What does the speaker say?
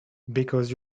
because